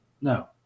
no